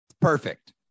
perfect